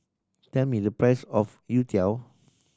tell me the price of youtiao